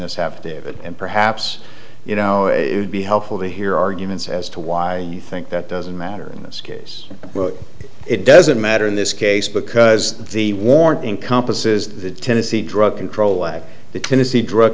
it and perhaps you know it would be helpful to hear arguments as to why you think that doesn't matter in this case it doesn't matter in this case because the warrant encompasses the tennessee drug control way the tennessee drug